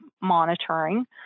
monitoring